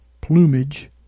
plumage